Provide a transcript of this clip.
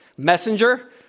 Messenger